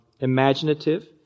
imaginative